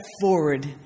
forward